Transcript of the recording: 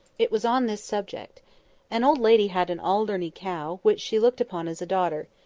it was on this subject an old lady had an alderney cow, which she looked upon as a daughter.